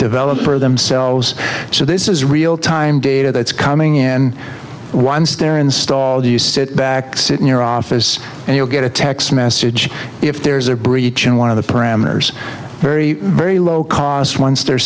developer themselves so this is real time data that's coming in and once they're installed you sit back sit in your office and you'll get a text message if there's a breach in one of the parameters very very low cost once they're